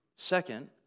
Second